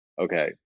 okay